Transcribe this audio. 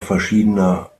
verschiedener